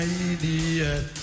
idiot